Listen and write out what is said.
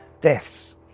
deaths